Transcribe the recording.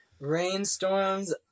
rainstorms